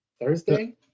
Thursday